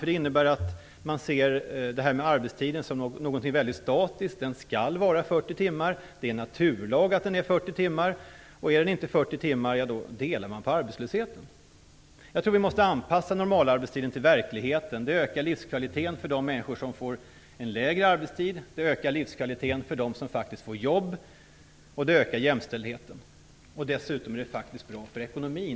Det innebär att man ser detta med arbetstiden som något mycket statiskt. Den skall vara 40 timmar. Det är en naturlag att den är 40 timmar. Och är den inte 40 timmar delar man på arbetslösheten. Jag tror att vi måste anpassa normalarbetstiden till verkligheten. Det ökar livskvaliteten för de människor som får en lägre arbetstid, det ökar livskvaliteten för dem som faktiskt får jobb och det ökar jämställdheten. Dessutom är det faktiskt bra för ekonomin.